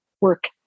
work